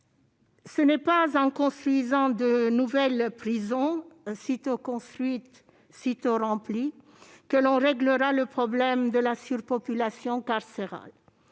Ce n'est pas en construisant de nouvelles prisons, sitôt construites, sitôt remplies, que l'on réglera le problème de la surpopulation carcérale.